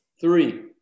Three